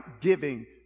giving